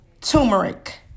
turmeric